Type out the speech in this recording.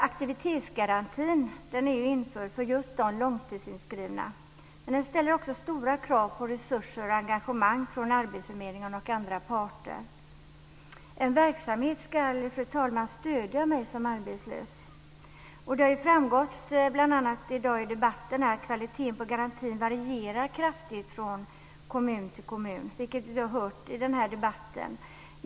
Aktivitetsgarantin har ju införts just för de långtidsinskivna men den ställer också stora krav på resurser och engagemang från arbetsförmedling och andra parter. En verksamhet ska, fru talman, stödja mig som arbetslös. Bl.a. i debatten i dag har det framgått att kvaliteten på garantin varierar kraftigt från kommun till kommun.